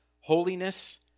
holiness